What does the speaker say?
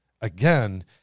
Again